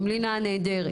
עם לינא הנהדרת,